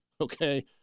okay